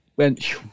went